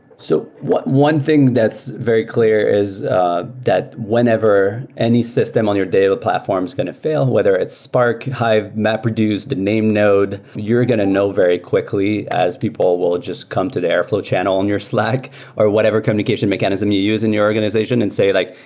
so one thing that's very clear is that whenever any system on your data platform is going to fail, whether it's spark, hive, mapreduce, the name node, you're going to know very quickly as people will just come to the airflow channel on and your slack or whatever communication mechanism you use in your organization and say like,